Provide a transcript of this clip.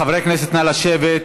חברי הכנסת, נא לשבת.